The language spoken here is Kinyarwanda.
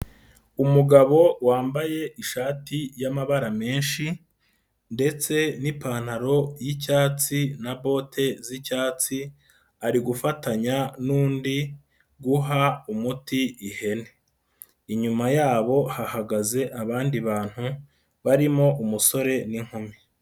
Umugabo wambaye ishati y'amabara menshi ndetse n'ipantaro yicyatsi na bote z'icyatsi, ari gufatanya nundi guha umuti ihene, inyuma yabo hahagaze abandi bantu barimo umusore n'inkumi.